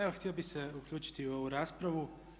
Evo htio bih se uključiti u ovu raspravu.